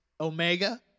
Omega